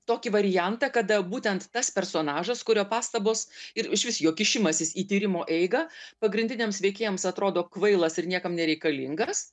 tokį variantą kada būtent tas personažas kurio pastabos ir išvis jo kišimasis į tyrimo eigą pagrindiniams veikėjams atrodo kvailas ir niekam nereikalingas